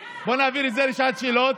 יאללה, בואו נהפוך את זה לשעת שאלות.